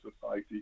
society